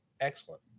Excellent